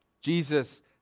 Jesus